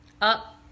Up